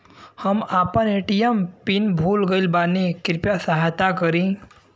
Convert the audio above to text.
हम आपन ATM pin भूल गईल बानी कृपया सहायता करी